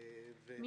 מסתתר מאחורי הקלעים.